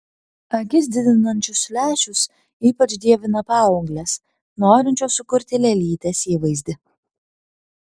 akis didinančius lęšius ypač dievina paauglės norinčios sukurti lėlytės įvaizdį